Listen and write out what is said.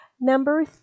Number